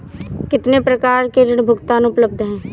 कितनी प्रकार के ऋण भुगतान उपलब्ध हैं?